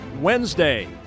Wednesday